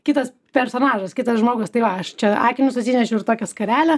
kitas personažas kitas žmogus tai va aš čia akinius atsinešiau ir tokią skarelę